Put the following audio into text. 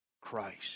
Christ